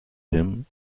him